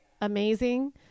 amazing